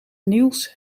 niels